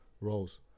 roles